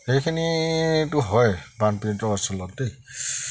সেইখিনিটো হয় বানপীড়িত অঞ্চলত দেই